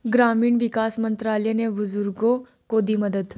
ग्रामीण विकास मंत्रालय ने बुजुर्गों को दी मदद